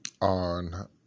on